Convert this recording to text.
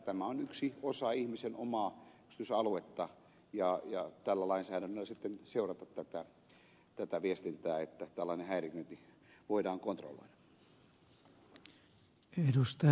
tämä on yksi osa ihmisen omaa yksityisaluetta ja tällä lainsäädännöllä sitten seurata tätä viestintää että tällaista häiriköintiä voidaan kontrolloida